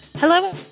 Hello